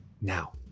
now